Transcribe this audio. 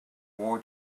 war